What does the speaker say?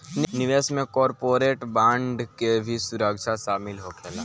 निवेश में corporate bond के भी सुरक्षा शामिल होखेला